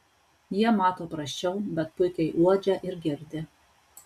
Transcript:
jie mato prasčiau bet puikiai uodžia ir girdi